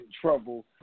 trouble